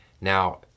Now